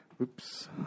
Oops